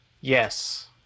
Yes